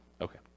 Okay